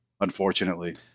unfortunately